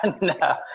No